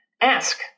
Ask